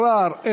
טלב אבו עראר,